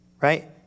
right